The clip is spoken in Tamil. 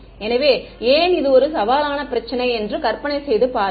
எனவே ஏன் இது ஒரு சவாலான பிரச்சினை என்று கற்பனை செய்து பாருங்கள்